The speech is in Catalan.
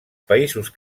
països